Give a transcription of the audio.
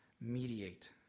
mediate